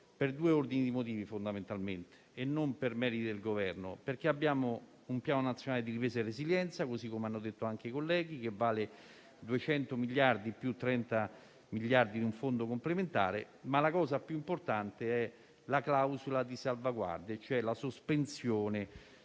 per due ordini di motivi e non per meriti del Governo: abbiamo un Piano nazionale di ripresa e resilienza, così come detto dai colleghi (che vale 200 miliardi di euro, più 30 miliardi di un fondo complementare), ma la cosa più importante è la clausola di salvaguardia, ossia la sospensione